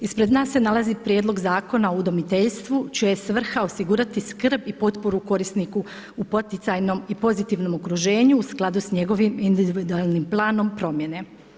Ispred nas se nalazi Prijedlog zakona o udomiteljstvu čija je svrha osigurati skrb i potporu korisniku u poticajnoj i pozitivnom okruženju u skladu s njegovim individualnim planom promjene.